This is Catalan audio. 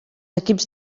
equips